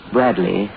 Bradley